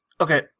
okay